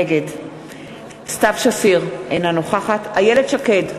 נגד סתיו שפיר, אינה נוכחת איילת שקד,